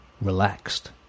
relaxed